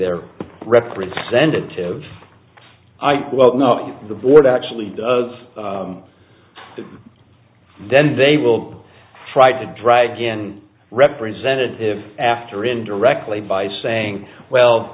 their representative i well know it the board actually does that then they will try to drag in representatives after indirectly by saying well